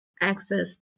access